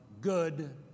good